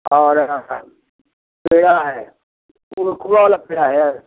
और हाँ हाँ पेड़ा है खोवा में खोवा वाला पेड़ा है